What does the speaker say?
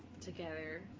together